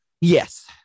Yes